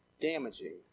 damaging